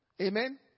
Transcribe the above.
Amen